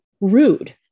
rude